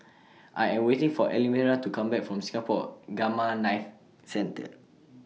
I Am waiting For Elmyra to Come Back from Singapore Gamma Knife Centre